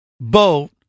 boat